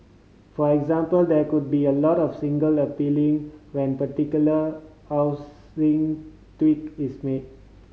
for example there could be a lot of single appealing when particular housing tweak is made